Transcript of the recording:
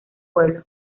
pueblo